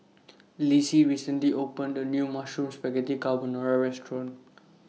Lissie recently opened A New Mushroom Spaghetti Carbonara Restaurant